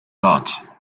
got